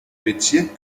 bezirk